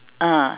ah